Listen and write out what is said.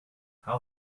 how